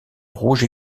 rouge